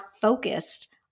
focused